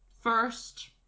first